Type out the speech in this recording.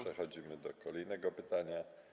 Przechodzimy do kolejnego pytania.